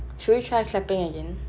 should we try clapping again